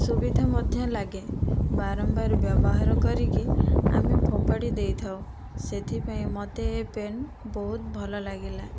ସୁବିଧା ମଧ୍ୟ ଲାଗେ ବାରମ୍ବାର ବ୍ୟବହାର କରିକି ଆମେ ଫୋପାଡ଼ି ଦେଇଥାଉ ସେଥିପାଇଁ ମତେ ଏ ପେନ୍ ବହୁତ ଭଲ ଲାଗିଲା